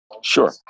Sure